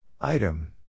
Item